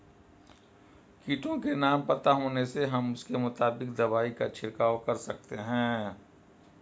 कीटों के नाम पता होने से हम उसके मुताबिक दवाई का छिड़काव कर सकते हैं